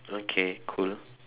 okay cool